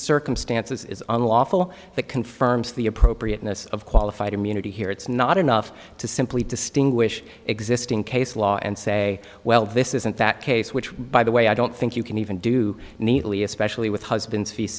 circumstances is unlawful that confirms the appropriateness of qualified immunity here it's not enough to simply distinguish existing case law and say well this isn't that case which by the way i don't think you can even do neatly especially with husband's fe